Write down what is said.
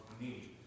need